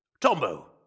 Tombo